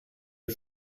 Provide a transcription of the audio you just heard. are